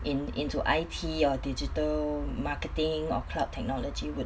in into I_T or digital marketing or cloud technology would